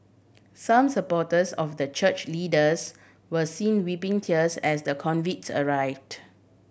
some supporters of the church leaders were seen wiping tears as the convicts arrived